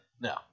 no